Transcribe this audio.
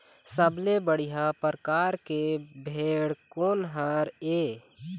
सबले बढ़िया परकार के भेड़ कोन हर ये?